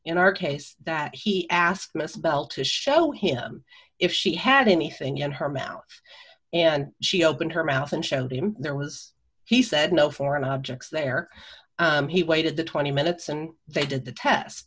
in our case that he asked miss bell to show him if she had anything in her mouth and she opened her mouth and showed him there was he said no foreign objects there he waited the twenty minutes and they did the test